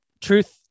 Truth